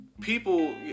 people